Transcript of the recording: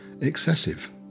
excessive